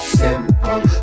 simple